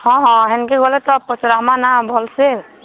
ହଁ ହଁ ହେନ୍କେ ଗଲେ ତ ପଚ୍ରାମା ନା ଭଲ୍ସେ